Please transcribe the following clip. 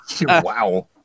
Wow